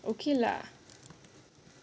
okay lah